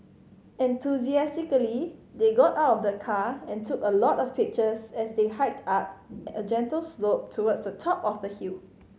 enthusiastically they got out of the car and took a lot of pictures as they hiked up a gentle slope towards the top of the hill